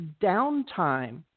downtime